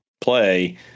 play